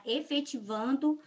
efetivando